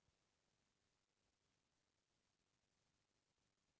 कतका दिन म फसल गोलियाही?